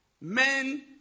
men